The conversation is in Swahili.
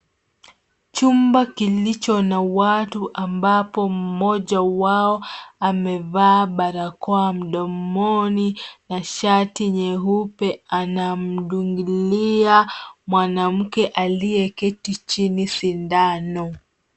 Chumba kilicho na watu ambapo mmoja wao amevaa barakoa mdomoni na shati nyeupe anamdungulia mwanamke aliyeketi chini sindano.